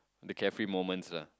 the carefree moments ah